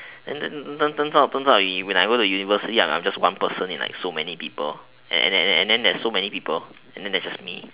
and then turn turns out turns out you when I go university ya I'm just one person in like so many people and then and then there is so many people and there is just me